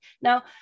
Now